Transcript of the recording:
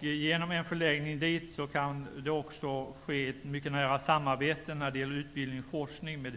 Genom en förläggning dit kan det också ske ett mycket nära samarbete med högskolan när det gäller utbildning och forskning.